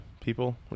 people